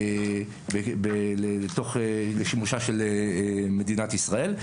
לשימושה של מדינת ישראל.